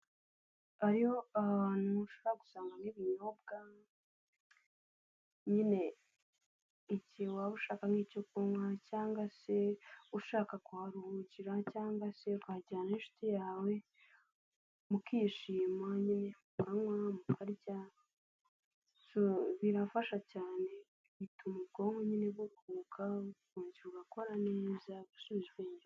Ayo abantu mushaka gusangwa nibinyobwa nyine iki waba ushaka nk'icyo kunywa cyangwa se ushaka kuharuhukira cyangwa se wajyana n'inshuti yawe mukishima nyine mukanywa mukarya birafasha cyane bituma ubwonko nyine bwaguka ugakora neza byagusubijwe.